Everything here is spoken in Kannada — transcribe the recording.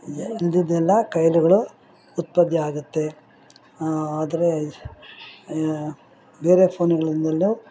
ಇಲ್ದಿದೆಲ್ಲ ಕಾಯಿಲೆಗಳು ಉತ್ಪತ್ತಿ ಆಗುತ್ತೆ ಆದರೆ ಬೇರೆ ಫೋನ್ಗಳಿಂದಲೂ